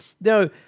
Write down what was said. no